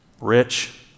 Rich